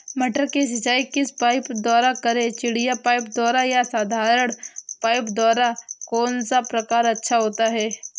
मटर की सिंचाई किस पाइप द्वारा करें चिड़िया पाइप द्वारा या साधारण पाइप द्वारा कौन सा प्रकार अच्छा होता है?